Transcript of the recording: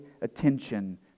attention